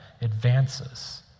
advances